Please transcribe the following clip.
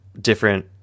different